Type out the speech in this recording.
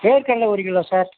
வேர்க்கடலை ஒரு kilo sir